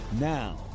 now